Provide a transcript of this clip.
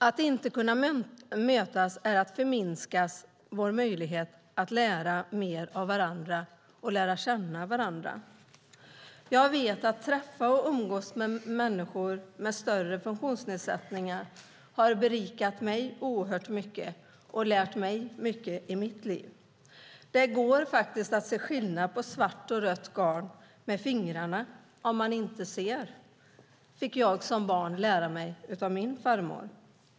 Att inte kunna mötas innebär att vi förminskar vår möjlighet att lära mer av varandra och lära känna varandra. Att träffa och umgås med människor med en större funktionsnedsättning har berikat mig mycket och lärt mig mycket i mitt liv. Det går faktiskt att se skillnad på svart och rött garn med fingrarna om man inte ser. Det fick jag som barn lära mig av min farmor.